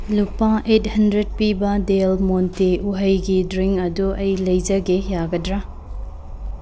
ꯂꯨꯄꯥ eight hundred ꯄꯤꯕ ꯗꯦꯜ ꯃꯣꯟꯇꯦ ꯎꯍꯩꯒꯤ ꯗ꯭ꯔꯤꯡꯛ ꯑꯗꯨ ꯑꯩ ꯂꯩꯖꯒꯦ ꯌꯥꯒꯗ꯭ꯔꯥ